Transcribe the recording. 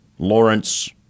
Lawrence